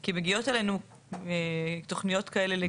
כי מגיעות אלינו תוכניות כאלה.